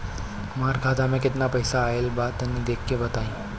हमार खाता मे केतना पईसा आइल बा तनि देख के बतईब?